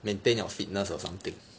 maintain your fitness or something